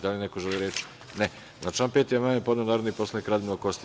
Da li neko želi reč? (Ne.) Na član 5. amandman je podneo narodni poslanik Radmilo Kostić.